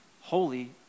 Holy